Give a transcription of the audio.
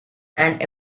and